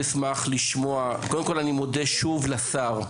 אני מודה שוב לשר,